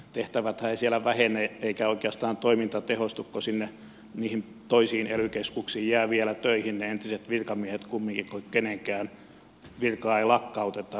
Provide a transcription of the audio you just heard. tehtäväthän eivät siellä vähene eikä oikeastaan toiminta tehostu kun niihin toisiin ely keskuksiin jäävät vielä töihin ne entiset virkamiehet kumminkin kun kenenkään virkaa ei lakkauteta